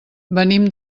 venim